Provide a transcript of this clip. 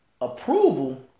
approval